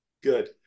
Good